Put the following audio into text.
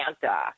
Santa